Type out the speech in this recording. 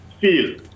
feel